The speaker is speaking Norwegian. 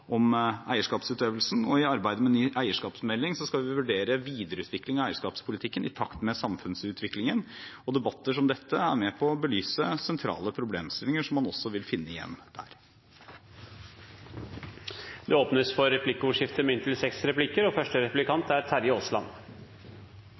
om eierskapsutøvelsen. I arbeidet med ny eierskapsmelding skal vi vurdere videreutvikling av eierskapspolitikken i takt med samfunnsutviklingen, og debatter som dette er med på å belyse sentrale problemstillinger som man også vil finne igjen der. Det blir replikkordskifte. Jeg er enig i at dette er en utrolig viktig sak. Etikk og